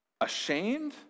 ashamed